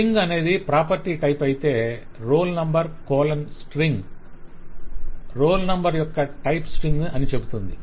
string అనేది property type అయితే roll number string roll numbercolon string roll number యొక్క type string అని చెబుతుంది